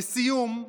לסיום,